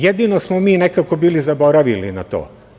Jedino smo mi nekako bili zaboravili na to.